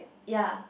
ya